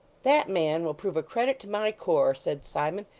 that man will prove a credit to my corps said simon,